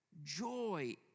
Joy